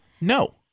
No